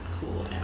cool